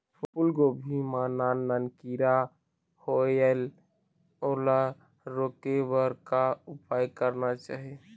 फूलगोभी मां नान नान किरा होयेल ओला रोके बर का उपाय करना चाही?